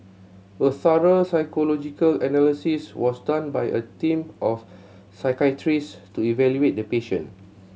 a thorough psychological analysis was done by a team of psychiatrist to evaluate the patient